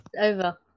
over